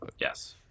Yes